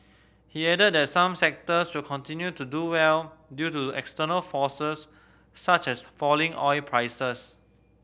he added that some sectors will continue to do well due to external forces such as falling oil prices